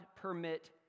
permit